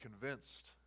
convinced